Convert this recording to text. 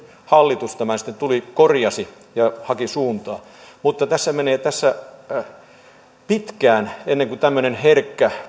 hallitus tuli ja korjasi tämän ja haki suuntaa mutta tässä menee pitkään ennen kuin tämmöinen herkkä